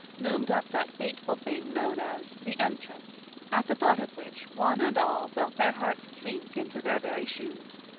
loomed up that fateful thing known as the entrance, at the thought of which one and all felt their hearts sink into their very shoes.